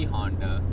Honda